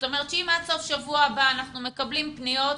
זאת אומרת שעד סוף שבוע הבא אנחנו לא אמורים